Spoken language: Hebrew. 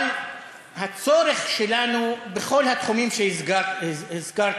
אבל הצורך שלנו בכל התחומים שהזכרתי,